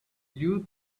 youth